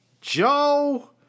Joe